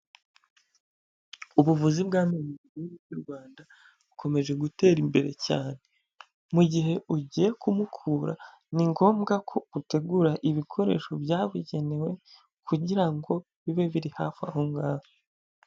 Ubuvuzi bw'amenyo mu gihugu cy'u Rwanda bukomeje gutera imbere cyane. Mu gihe ugiye kumukura ni ngombwa ko utegura ibikoresho byabugenewe kugira ngo bibe biri hafi aho ngaro.